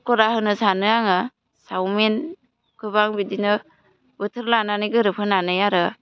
पक'रा होनो सानो आङो सावमिनखौबो आं बिदिनो बोथोर लानानै गोरोब होनानै आरो